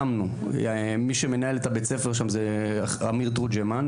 מי שמנהל את בית הספר שם זה אמיר תורג'מן,